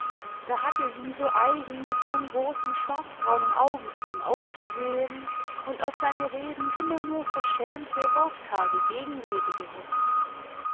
da hatte sie so eigen mit ihren grossen schwarzbraunen augen zu ihm aufgesehn und auf seine reden immer nur verschämte wortkarge gegenrede gewusst